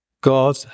God